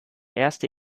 erste